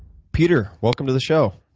peter, welcome to the show.